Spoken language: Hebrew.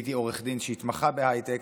הייתי עורך דין שהתמחה בהייטק,